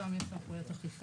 שם יש סמכויות אכיפה.